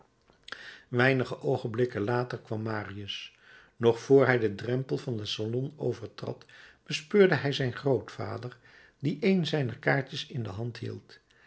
weinige oogenblikken later kwam marius nog vr hij den drempel van den salon overtrad bespeurde hij zijn grootvader die een zijner kaartjes in de hand hield